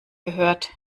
gehört